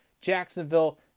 Jacksonville